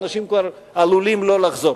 אנשים כבר עלולים לא לחזור.